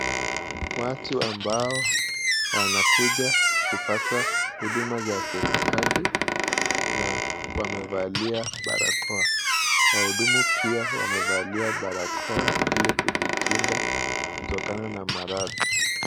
Watu ambao wanakuja kupata huduma za serikali na wamevalia barakoa. Wahudumu pia wamevalia barakoa ili kujikinga kutokana na maradhi.